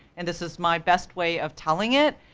and this is my best way of telling it,